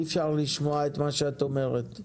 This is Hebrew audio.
אי אפשר לשמוע את מה שאת אומרת.